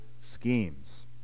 schemes